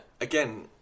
again